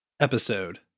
Episode